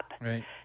Right